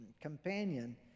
companion